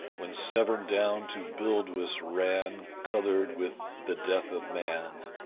when severn down to buildwas ran coloured with the death of man,